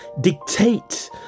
dictate